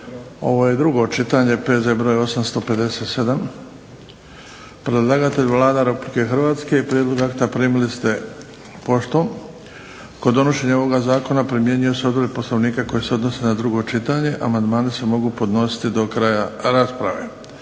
Hrvatske, drugo čitanje, P.Z. br. 857 Predlagatelj Vlada Republike Hrvatske. Prijedlog akta primili ste poštom. Kod donošenja ovoga zakona primjenjuju se odredbe Poslovnika koje se odnose na drugo čitanje. Amandmani se mogu podnositi do kraja rasprave.